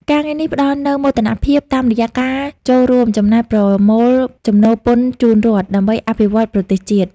ការងារនេះផ្តល់នូវមោទនភាព តាមរយៈការចូលរួមចំណែកប្រមូលចំណូលពន្ធជូនរដ្ឋ ដើម្បីអភិវឌ្ឍប្រទេសជាតិ។